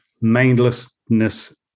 mindlessness